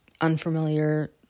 unfamiliar